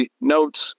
notes